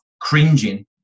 cringing